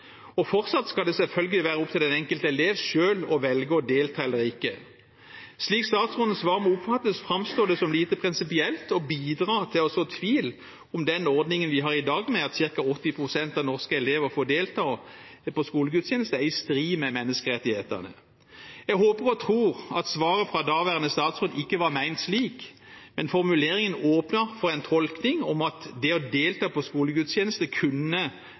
Og fortsatt skal det selvfølgelig være opp til den enkelte elev selv å velge å delta eller ikke. Slik statsrådens svar må oppfattes, framstår det som lite prinsipielt og bidrar til å så tvil om den ordningen vi har i dag med at ca. 80 pst. av norske elever får delta på skolegudstjeneste, er i strid med menneskerettighetene. Jeg håper og tror at svaret fra daværende statsråd ikke var ment slik, men formuleringen åpner for en tolkning av at det å delta på skolegudstjeneste kunne